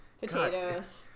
potatoes